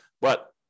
But-